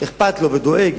אכפת לו ודואג